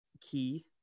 key